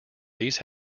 these